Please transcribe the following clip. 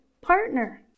partner